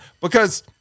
Because-